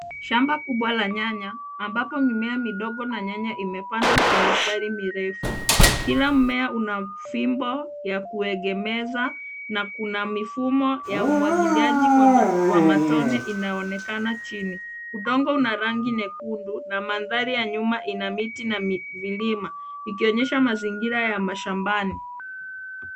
Shamba kubwa la nyanya ambapo mimea midogo na nyanya imepandwa kwa mistari mirefu, kila mmea una fimbo wa kuegemeza na kuna mifumo ya umwagiliaji wa matone inaonekana chini. Udongo una rangi nyekundu na mandhari ya nyuma ina miti na vilima ikionyesha mazingira ya mashambani.